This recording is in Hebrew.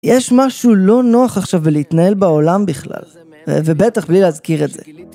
יש משהו לא נוח עכשיו בלהתנהל בעולם בכלל ובטח בלי להזכיר את זה.